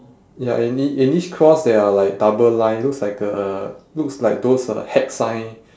ya and ea~ in each cross there are like double line looks like a looks like those uh hex sign